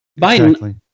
biden